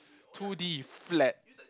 two D flat